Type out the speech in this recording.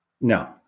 No